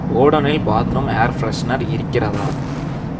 ஓடோனில் bathroom air freshener இருக்கிறதா